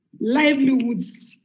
livelihoods